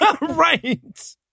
Right